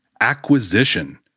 Acquisition